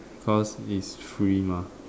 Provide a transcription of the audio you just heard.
cause it's free mah